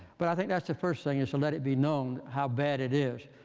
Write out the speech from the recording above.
but i think that's the first thing is to let it be known how bad it is.